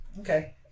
okay